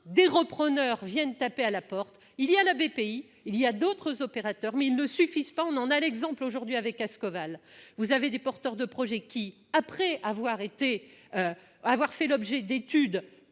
des repreneurs viennent taper à la porte, il y a bien sûr la BPI et d'autres opérateurs, mais cela ne suffit pas. On en a l'exemple avec Ascoval. Vous avez des porteurs de projets qui, après avoir fait l'objet d'études